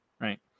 Right